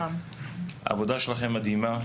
העבודה שלכם מדהימה.